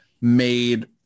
made